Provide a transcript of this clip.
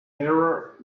terror